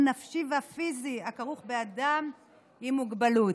הנפשי והפיזי הכרוך בטיפול באדם עם מוגבלות.